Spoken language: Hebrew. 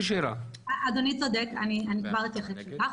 אדוני צודק, אני כבר אתייחס לכך.